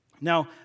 Now